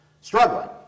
struggling